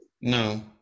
No